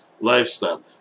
lifestyle